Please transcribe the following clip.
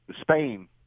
Spain